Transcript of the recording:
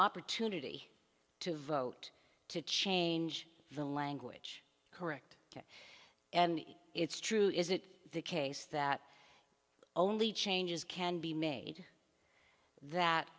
opportunity to vote to change the language correct and it's true is it the case that only changes can be made that